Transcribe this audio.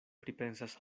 pripensas